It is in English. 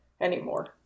anymore